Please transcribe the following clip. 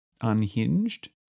Unhinged